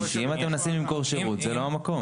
כי אם אתם מנסים למכור שירות זה לא המקום.